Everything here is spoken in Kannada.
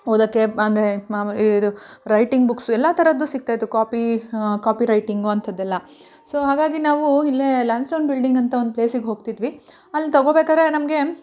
ಓದೋಕೆ ಅಂದರೆ ಮಾಮೂಲು ಈ ಇದು ರೈಟಿಂಗ್ ಬುಕ್ಸು ಎಲ್ಲ ಥರದ್ದು ಸಿಗ್ತಾಯಿತ್ತು ಕಾಪೀ ಹಾಂ ಕಾಪಿ ರೈಟಿಂಗು ಅಂಥದ್ದೆಲ್ಲ ಸೊ ಹಾಗಾಗಿ ನಾವು ಇಲ್ಲೇ ಲ್ಯಾನ್ಸ್ಡೌನ್ ಬಿಲ್ಡಿಂಗ್ ಅಂತ ಒಂದ್ ಪ್ಲೇಸಿಗೆ ಹೋಗ್ತಿದ್ವಿ ಅಲ್ಲಿ ತೊಗೊಳ್ಬೇಕಾದ್ರೆ ನಮಗೆ